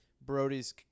brody's